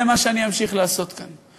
זה מה שאני אמשיך לעשות כאן,